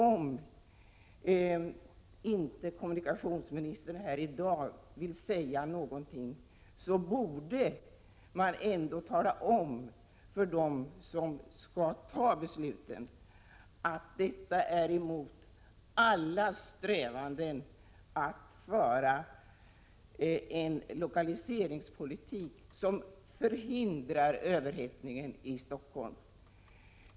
Om inte kommunikationsministern här i dag vill säga någonting borde man ändå tala om för dem som skall fatta besluten, att förslaget strider mot alla strävanden att föra en lokaliseringspolitik som förhindrar överhettningen i Stockholm.